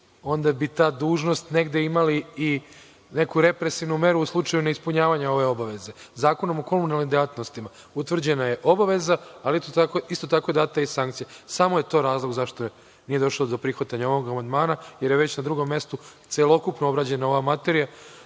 onda bi ta dužnost negde imala i neku represivnu meru u slučaju neispunjavanja ove obaveze. Zakonom o komunalnim delatnostima utvrđena je obaveza, ali je isto tako data i sankcija. Samo je to razlog zašto nije došlo do prihvatanja ovog amandmana, jer je već na drugom mestu celokupno obrađena ova materija. Apsolutno